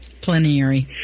plenary